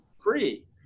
free